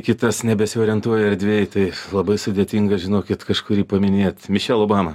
kitas nebesiorientuoja erdvėj tai labai sudėtinga žinokit kažkurį paminėt mišel obama